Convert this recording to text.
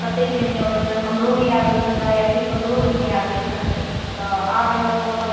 कते के नहि अबै छलनि हमरो नहि अबै छलए या ककरो भी नहि आबै छलनि तऽ आब एना ओ सभ